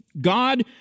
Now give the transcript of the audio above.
God